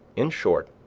in short,